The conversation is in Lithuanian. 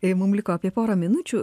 tai mum liko apie porą minučių